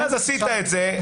ואז עשית את זה,